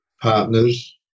partners